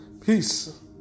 Peace